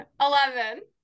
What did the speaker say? Eleven